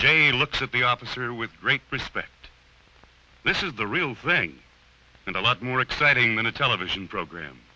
j looks at the opposite with great respect this is the real thing and a lot more exciting than a television program